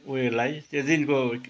उयोलाई त्यो दिनको